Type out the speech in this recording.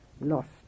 lost